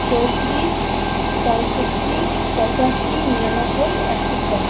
চৌতিরিশ পঁয়ষট্টি পঁচাশি নিরানব্বই একশো ছয়